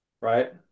right